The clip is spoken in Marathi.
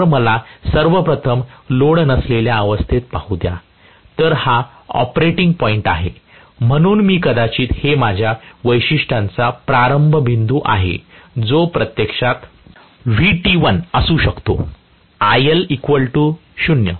तर मला सर्व प्रथम लोड नसलेल्या अवस्थेत पाहू द्या तर हा ऑपरेटिंग पॉईंट आहे म्हणून मी कदाचित हे माझ्या वैशिष्ट्यांचा प्रारंभ बिंदू आहे जो प्रत्यक्षात Vt1 असू शकतो IL 0 येथे आहे